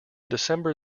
december